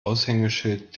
aushängeschild